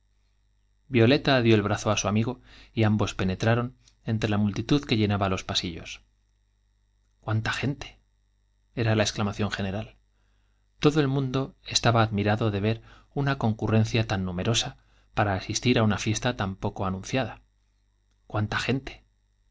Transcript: violeta dió el brazo á su amgó y ambos penetraron entre la multitud que llenaba los pasillos i cuanta gente era la exclamación general todo el mundo estaba admirado de ver una concu rr encia tan numerosa para asistir á una fiesta tan poco anunciada i cuánta gente